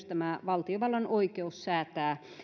tämä valtiovallan oikeus säätää